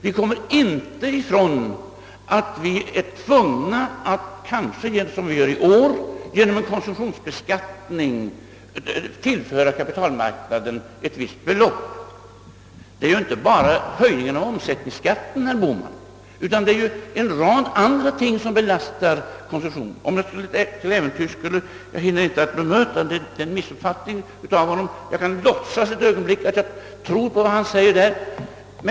Vi kommer inte ifrån att vi har tvingats att kanske som vi gör i år genom en konsumtionsbeskattning tillföra kapitalmarknaden ett visst belopp. Det är ju inte bara höjningen av omsättningsskatten, herr Bohman, utan det är en hel rad andra ting som belastar konsumtionen, Jag hinner inte bemöta herr Bohmans missuppfattningar, men jag kan låtsas ett ögonblick att jag tror på vad han säger.